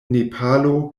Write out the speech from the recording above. nepalo